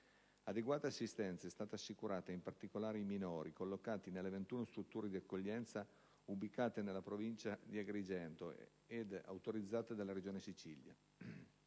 adeguata assistenza è stata assicurata ai minori collocati nelle 21 strutture di accoglienza ubicate nella Provincia di Agrigento ed autorizzate dalla Regione siciliana.